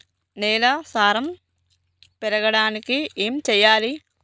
నేల సారం పెరగడానికి ఏం చేయాలి?